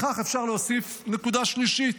לכך אפשר להוסיף נקודה שלישית: